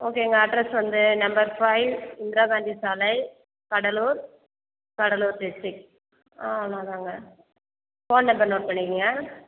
ஓகேங்க அட்ரஸ் வந்து number five Indira Gandhi சாலை கடலூர் கடலூர் டிஸ்ட்ரிக் நான் தாங்க ஃபோன் நம்பர் நோட் பண்ணிக்குங்க